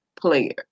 player